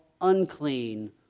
unclean